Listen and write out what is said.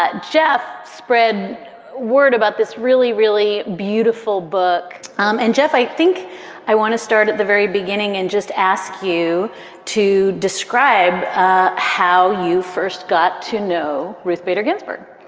but jeff spread word about this really, really beautiful book. um and jeff, i think i want to start at the very beginning and just ask you to describe how you first got to know ruth bader ginsburg